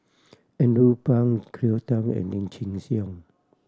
Andrew Phang Cleo Thang and Lim Chin Siong